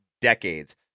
decades